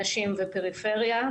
נשים ופריפריה,